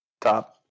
top